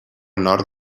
nord